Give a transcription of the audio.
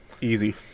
Easy